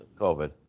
COVID